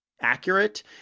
accurate